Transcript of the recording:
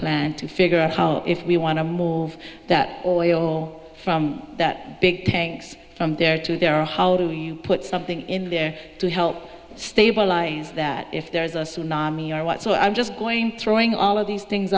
plan to figure out how if we want to move that oil from that big tanks from there to there or how do you put something in there to help stabilize that if there's a tsunami or what so i'm just going throwing all of these things